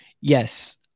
Yes